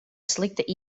slikta